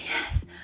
yes